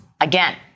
again